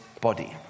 body